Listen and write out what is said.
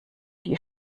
die